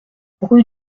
rue